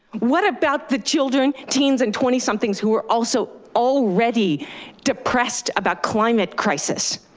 what about the children, teens, and twenty somethings who are also already depressed about climate crisis?